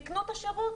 קנו את השירות.